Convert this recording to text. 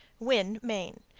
winn, me.